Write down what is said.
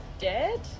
Dead